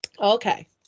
okay